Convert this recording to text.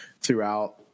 throughout